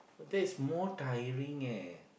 but that is more tiring eh